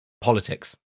politics